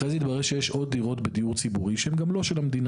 אחרי זה התברר שיש עוד דירות בדיור ציבורי שהן גם לא של המדינה.